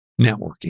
Networking